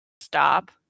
stop